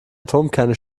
atomkerne